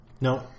No